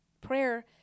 prayer